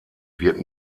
wird